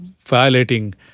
violating